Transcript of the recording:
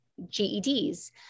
GEDs